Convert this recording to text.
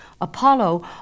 Apollo